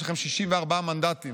יש לכם 64 מנדטים.